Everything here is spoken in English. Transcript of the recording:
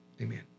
Amen